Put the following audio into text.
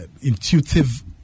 intuitive